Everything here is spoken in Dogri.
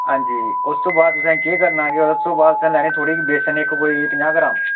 हांजी उस तों बाद तुसें केह् करना ऐ उस तों बाद तुसें लैनी थोह्ड़ी बेसन इक कोई पंजाह् ग्राम